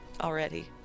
already